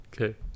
Okay